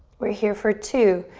we're here for two.